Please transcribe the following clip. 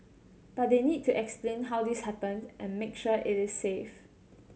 but they need to explain how this happened and make sure it is safe